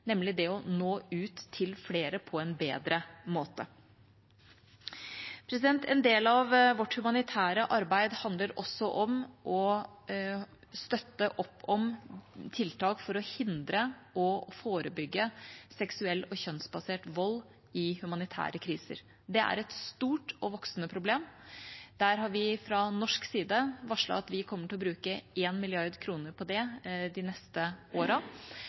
nemlig det å nå ut til flere på en bedre måte. En del av vårt humanitære arbeid handler også om å støtte opp om tiltak for å hindre og forebygge seksuell og kjønnsbasert vold i humanitære kriser. Det er et stort og voksende problem. Vi har fra norsk side varslet at vi kommer til å bruke 1 mrd. kr på det de neste